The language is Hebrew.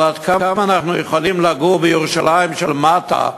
אבל עד כמה אנחנו יכולים לגור בירושלים של מטה,